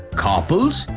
carpals,